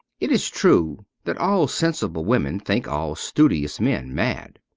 it is true that all sensible women think all studious men mad.